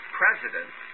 president